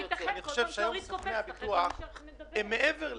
שהם לדעתנו רגולטורים שלמעשה לא רק מונעים את התחרות,